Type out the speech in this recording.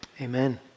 Amen